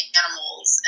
animals